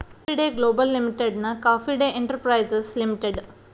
coffee day global ಲಿಮಿಟೆಡ್ನ coffee day enterprises limited